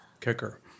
Kicker